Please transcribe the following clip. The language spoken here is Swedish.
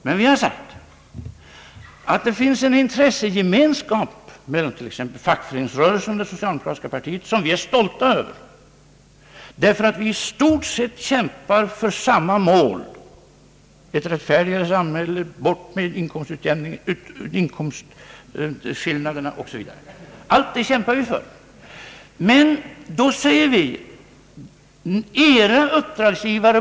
Men vi har sagt att det finns en intressegemenskap mellan fackföreningsrörelsen och det socialdemokratiska partiet som vi är stolta över, därför att vi i stort sett kämpar för samma mål — ett rättfärdigare samhälle, avskaffande av inkomstskillnaderna o. s. v. Allt detta kämpar vi för. Då säger vi att era uppdragsgivare!